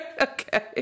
Okay